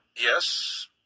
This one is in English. Yes